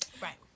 Right